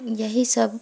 یہی سب